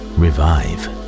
revive